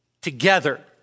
together